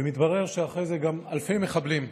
והתברר אחרי זה שגם אלפי מחבלים,